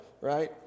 right